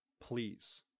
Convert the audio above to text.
please